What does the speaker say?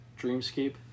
dreamscape